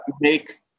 make